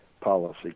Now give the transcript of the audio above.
policy